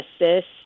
assist